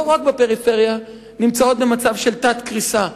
רק בפריפריה נמצאות במצב של תת-קריסה.